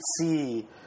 see